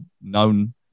known